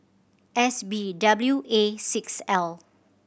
S B W A six L